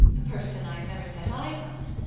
a person i have never set eyes on.